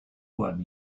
one